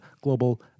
global